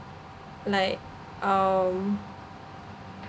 like um